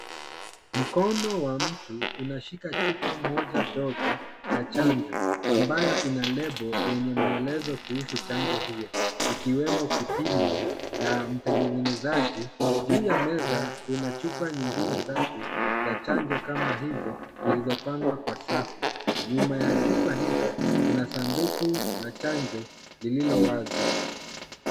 Mkono wa mtu, unashika chupa moja dogo, ya chanjo, ambayo ina lebo yenye maelezo kuhusu chanjo hiyo. Ikiwemo kipimo, na mtengenezaji, juu ya meza kuna chupa nyingine tatu za chanjo kama hizo zilizopangwa kwa safu, nyuma ya chupa hizo kuna sanduku la chanjo lililo wazi.